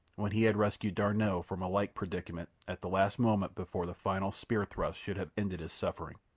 when he had rescued d'arnot from a like predicament at the last moment before the final spear-thrust should have ended his sufferings.